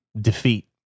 defeat